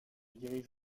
dirige